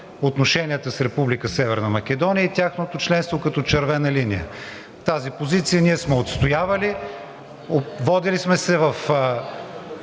Северна Македония и тяхното членство като червена линия. Тази позиция ние сме отстоявали, опитвали сме се